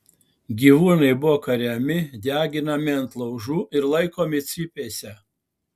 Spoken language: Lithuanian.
gyvūnai buvo kariami deginami ant laužų ir laikomi cypėse